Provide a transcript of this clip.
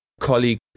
colleague